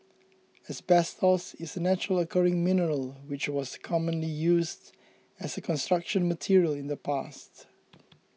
asbestos is a naturally occurring mineral which was commonly used as a Construction Material in the past